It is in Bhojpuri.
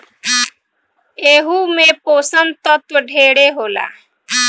एहू मे पोषण तत्व ढेरे होला